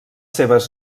seves